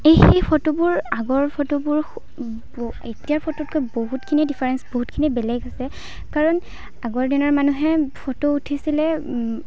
এই সেই ফটোবোৰ আগৰ ফটোবোৰ এতিয়াৰ ফটোতকৈ বহুতখিনি ডিফাৰেঞ্চ বহুতখিনি বেলেগ আছে কাৰণ আগৰ দিনৰ মানুহে ফটো উঠিছিলে